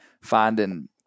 finding